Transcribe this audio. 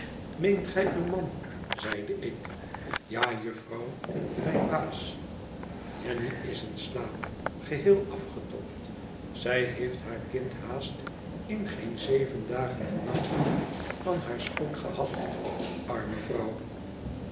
meent gij uw man zeide ik ja jufvrouw mijn baas jenny is in slaap geheel afgetobd zij heeft haar kind haast in geen zeven dagen en nachten van haar schoot gehad arme vrouw